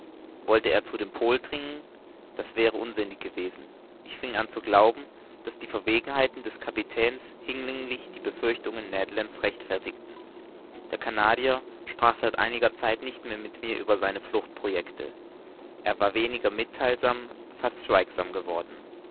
wollte er zu dem pol dringen das wäre unsinnig gewesen ich fing an zu glauben daß die verwegenheiten des kapitäns hinlänglich die befürchtungen ned lands rechtfertigten der canadier sprach seit einiger zeit nicht mehr mit mir über seine fluchtprojecte er war weniger mittheilsam fast schweigsam geworden